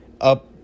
up